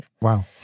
Wow